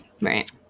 Right